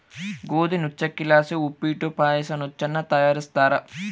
ಗೋದಿ ನುಚ್ಚಕ್ಕಿಲಾಸಿ ಉಪ್ಪಿಟ್ಟು ಪಾಯಸ ನುಚ್ಚನ್ನ ತಯಾರಿಸ್ತಾರ